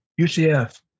UCF